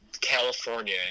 California